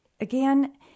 again